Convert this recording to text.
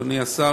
אדוני השר,